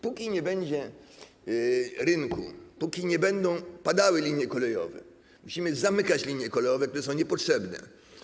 Póki nie będzie rynku, póki nie będą padały linie kolejowe, musimy zamykać te linie kolejowe, które są niepotrzebne.